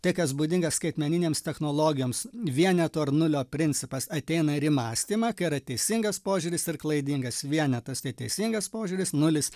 tai kas būdinga skaitmeninėms technologijoms vieneto ar nulio principas ateina ir į mąstymą kai yra teisingas požiūris ir klaidingas vienetas neteisingas požiūris nulis